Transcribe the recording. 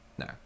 No